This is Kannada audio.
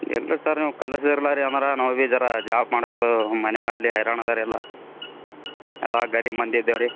ಇಲ್ಲ ರೀ ಸರ್ ನೀವು ಕಲಿಸಿರ್ ಬೇರೆ ಏನಾರೂ ನಾವು ಬಿ ಜರಾ ಜಾಬ್ ಮಾಡೋಕ್ಕು ಮನೇಗಿಲ್ಲಿ ಹೈರಾಣ್ ಇದೇರಿ ಎಲ್ಲ ಎಲ್ಲ ಗರೀಬ್ ಮಂದಿ ಇದ್ದೇವ್ರಿ